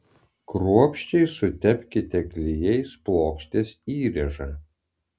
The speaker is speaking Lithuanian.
kruopščiai sutepkite klijais plokštės įrėžą